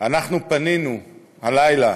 פנינו הלילה